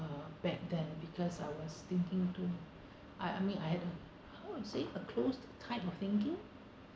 back then because I was thinking too I I mean I had a how you say a closed type of thinking